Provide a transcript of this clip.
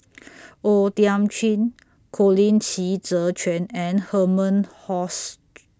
O Thiam Chin Colin Qi Zhe Quan and Herman